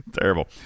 terrible